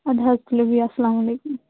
اَہَن حظ تُلِو بیٚہہ اَسلام علیکُم